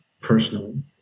personally